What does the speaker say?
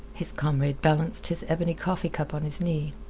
his comrade balanced his ebony coffee-cup on his knee.